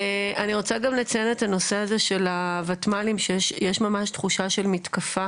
אני רוצה גם לציין את הנושא הזה של הוותמ"לים שיש ממש תחושה של מתקפה